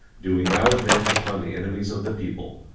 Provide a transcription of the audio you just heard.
do we now advance upon the enemies of the people.